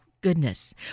goodness